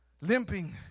limping